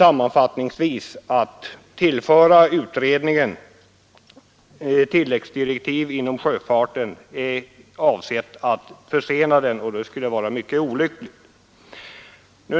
Att ge utredningen tilläggsdirektiv när det gäller sjöfarten är ägnat att försena den, och det skulle vara mycket olyckligt.